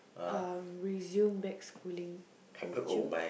uh resume back schooling would you